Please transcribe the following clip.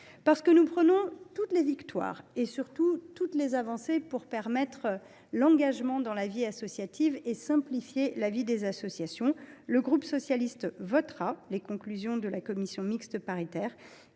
Parce que nous prenons toutes les victoires, et surtout toutes les avancées visant à favoriser l’engagement dans la vie associative et à simplifier la vie des associations, le groupe socialiste votera en faveur des conclusions de la commission mixte paritaire.